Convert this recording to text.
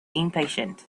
impatient